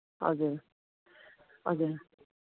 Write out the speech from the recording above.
हजुर हजुर